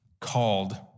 called